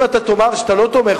אם תאמר שאתה לא תומך,